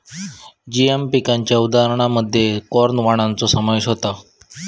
GM पिकांच्या उदाहरणांमध्ये corn वाणांचो समावेश होता